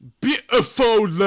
Beautiful